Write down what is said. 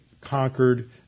conquered